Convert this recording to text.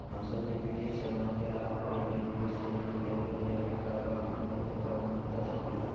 हम सबके वित्तीय सेवाएं के लाभ के लिए कृषि लोन देवे लेवे का बा, हमनी के कब मिलता सके ला?